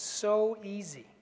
so easy